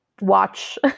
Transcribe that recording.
watch